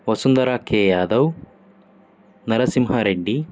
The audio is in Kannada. ವಸುಂದರಾ ಕೆ ಯಾದವ್ ನರಸಿಂಹ ರೆಡ್ಡಿ